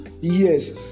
Yes